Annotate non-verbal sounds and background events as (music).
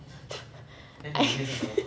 (breath) I (laughs)